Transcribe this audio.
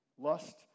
lust